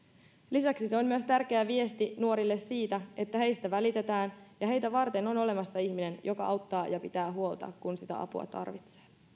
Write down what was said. lisäksi se on myös tärkeä viesti nuorille siitä että heistä välitetään ja heitä varten on olemassa ihminen joka auttaa ja pitää huolta kun sitä apua tarvitsee